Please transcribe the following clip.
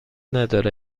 نداره